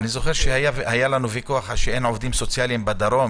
אני זוכר שהיה לנו ויכוח על זה שאין עובדים סוציאליים בדרום,